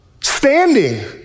standing